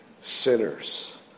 sinners